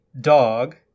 dog